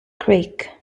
creek